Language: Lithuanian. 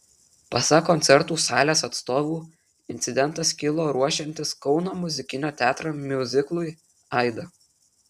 pasak koncertų salės atstovų incidentas kilo ruošiantis kauno muzikinio teatro miuziklui aida